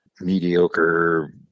mediocre